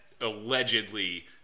allegedly